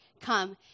come